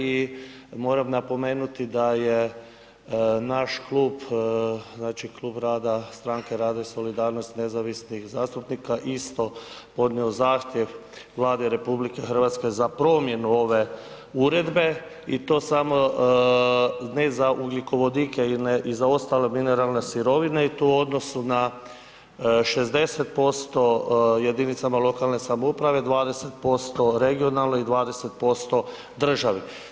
I moram napomenuti da je naš klub znači Klub rada stranke rada i solidarnosti, nezavisnih zastupnika ista podnio zahtjev Vladi Republike Hrvatske za promjenu ove uredbe i to samo ne samo za ugljikovodike i za ostale mineralne sirovine i tu u odnosu na 60% jedinicama lokalne samouprave, 20% regionalnoj i 20% državi.